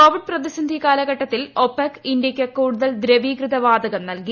Covid പ്രതിസന്ധി കാലഘട്ടത്തിൽ OPEC ഇന്ത്യക്ക് കൂടുതൽ ദ്രവീകൃത വാതകം നൽകി